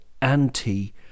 anti